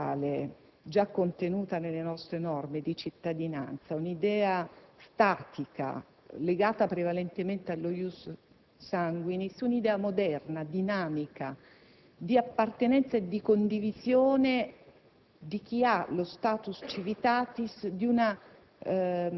aggiungere all'attuale idea contenuta nelle nostre norme di cittadinanza, un'idea statica, legata prevalentemente allo *ius sanguinis*, un'idea moderna, dinamica, di appartenenza e di condivisione,